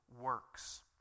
works